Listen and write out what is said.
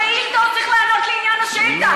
שאילתה, הוא צריך לענות לעניין השאילתה.